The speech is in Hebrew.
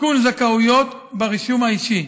עדכון זכאויות ברישום האישי,